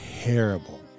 terrible